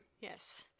Yes